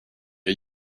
are